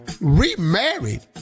Remarried